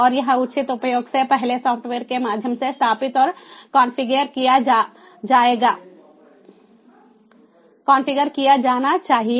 और यह उचित उपयोग से पहले सॉफ्टवेयर के माध्यम से स्थापित और कॉन्फ़िगर किया जाना चाहिए